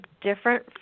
different